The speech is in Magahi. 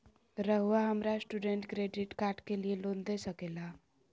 रहुआ हमरा स्टूडेंट क्रेडिट कार्ड के लिए लोन दे सके ला?